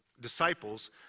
disciples